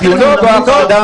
תסלח לי,